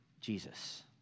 Jesus